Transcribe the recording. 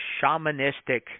shamanistic